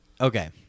Okay